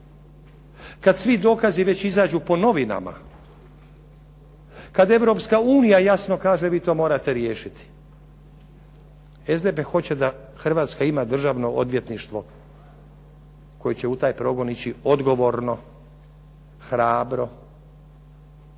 kad svi dokazi već izađu po novinama, kad Europska unija jasno kaže vi to morate riješiti. SDP hoće da Hrvatska ima državno odvjetništvo koje će u taj progon ići odgovorno, hrabro